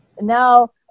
Now